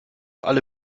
alle